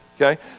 Okay